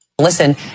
Listen